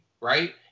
right